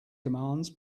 commands